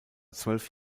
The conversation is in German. zwölf